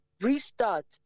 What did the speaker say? restart